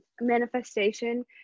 manifestation